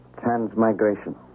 transmigration